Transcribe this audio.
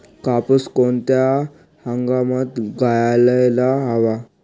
कापूस कोणत्या हंगामात घ्यायला हवा?